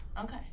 Okay